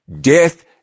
death